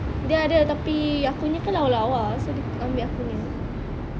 dia ada tapi akunya kan lawa lawa so dia amek aku punya